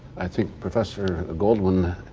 i think professor goldwin,